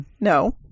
No